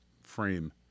frame